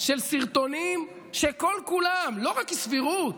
של סרטונים שכל-כולם, לא רק הסבירות,